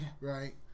Right